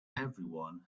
everyone